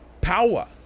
power